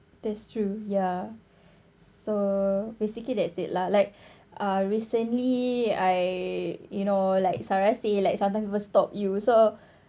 that's true ya so basically that's it lah like uh recently I you know like sarah say like sometime people stop you so